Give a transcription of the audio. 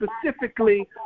specifically